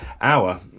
hour